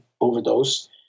overdose